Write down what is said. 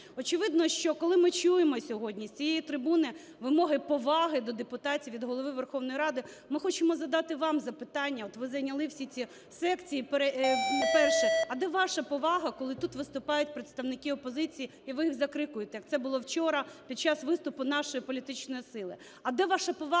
Очевидно, що коли ми чуємо сьогодні з цієї трибуни вимоги поваги до депутатів від Голови Верховної Ради, ми хочемо задати вам запитання, от ви зайняли всі ці секції перші: а де ваша повага, коли тут виступають представники опозиції і ви їх закрикуєте, як це було вчора під час виступу нашої політичної сили?